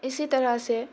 इसी तरहसँ